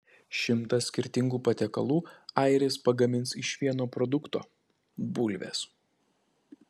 šimtą skirtingų patiekalų airis pagamins iš vieno produkto bulvės